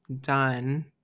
done